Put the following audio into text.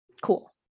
Cool